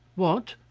what!